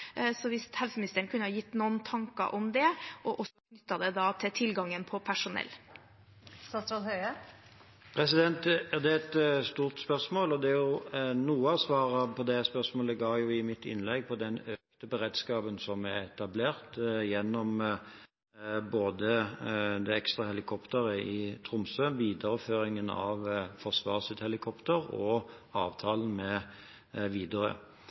Kunne helseministeren delt noen tanker om det, og knyttet det til tilgangen på personell. Det er et stort spørsmål. Noe av svaret på det spørsmålet ga jeg jo i mitt innlegg, om den økte beredskapen som er etablert, både med det ekstra helikopteret i Tromsø, videreføringen av Forsvarets helikopter og avtalen med Widerøe.